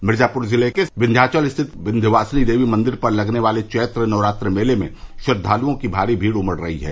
मिर्जापूर जिले के विन्ध्याचल स्थित प्रसिद्ध शक्तिपीठ माता विन्ध्यवासिनी देवी मंदिर पर लगने वाले चैत्र नवरात्र मेले में श्रद्वालुओं की भारी भीड़ उमड़ रही है